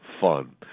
fun